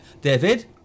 David